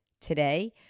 today